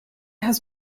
has